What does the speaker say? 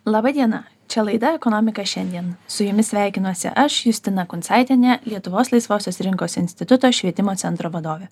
laba diena čia laida ekonomika šiandien su jumis sveikinuosi aš justina kuncaitienė lietuvos laisvosios rinkos instituto švietimo centro vadovė